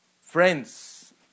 friends